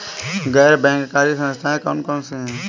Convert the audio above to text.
गैर बैंककारी संस्थाएँ कौन कौन सी हैं?